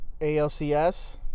ALCS